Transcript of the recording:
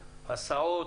הסעות,